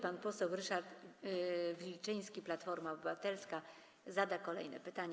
Pan poseł Ryszard Wilczyński, Platforma Obywatelska, zada kolejne pytanie.